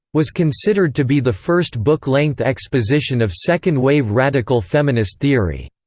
was considered to be the first book-length exposition of second wave radical feminist theory.